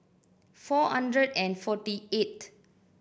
four hundred and forty eighth